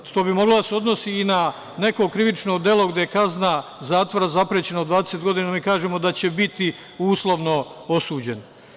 To bi moglo da se odnosi i na neko krivično delo gde je kazna zatvora zaprećena od 20 godina, a mi kažemo da će biti uslovno osuđen.